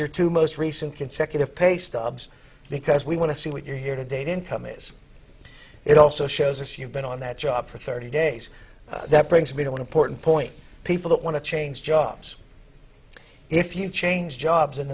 your two most recent consecutive pay stubs because we want to see what you're here to date income is it also shows if you've been on that job for thirty days that brings me to porton point people that want to change jobs if you change jobs in